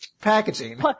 packaging